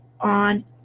on